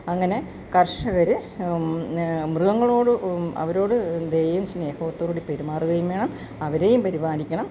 അങ്ങനെ കർഷകര് മൃഗങ്ങളോട് അവരോട് ദയയും സ്നേഹത്തോട് കൂടി പെരുമാറുകയും വേണം അവരേയും പരിപാലിക്കണം